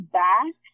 back